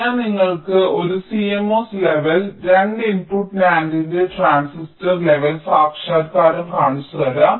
ഞാൻ നിങ്ങൾക്ക് ഒരു CMOS ലെവൽ 2 ഇൻപുട്ട് NAND ന്റെ ട്രാൻസിസ്റ്റർ ലെവൽ സാക്ഷാത്കാരം കാണിച്ചുതരാം